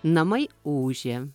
namai ūžia